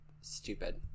stupid